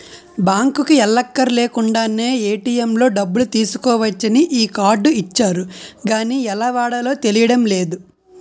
బాంకుకి ఎల్లక్కర్లేకుండానే ఏ.టి.ఎం లో డబ్బులు తీసుకోవచ్చని ఈ కార్డు ఇచ్చారు గానీ ఎలా వాడాలో తెలియడం లేదు